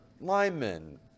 linemen